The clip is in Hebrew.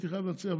הייתי חייב לנצח,